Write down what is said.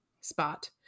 spot